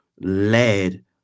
led